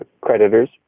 creditors